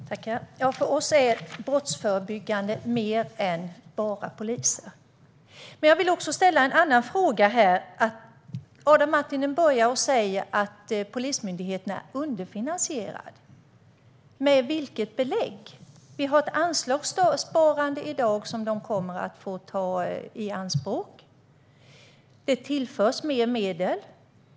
Herr talman! För oss är brottsförebyggande mer än bara poliser. Men jag vill också ställa en annan fråga. Adam Marttinen säger att Polismyndigheten är underfinansierad. Vilka belägg har han för detta? Vi har i dag ett anslagssparande som myndigheten kommer att få ta i anspråk. Det tillförs mer medel.